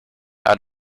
out